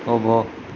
થોભો